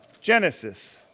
Genesis